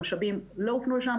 המשאבים לא הופנו לשם,